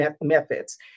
methods